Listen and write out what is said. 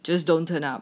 just don't turn up